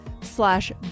slash